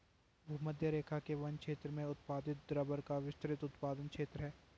भूमध्यरेखा के वन क्षेत्र में उत्पादित रबर का विस्तृत उत्पादन क्षेत्र है